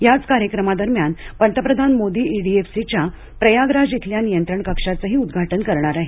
याच कार्यक्रमादरम्यान पंतप्रधान मोदी ईडीएफसीच्या प्रयागराज इथल्या नियंत्रण कक्षाचंही उद्घाटन करणार आहेत